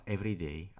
Everyday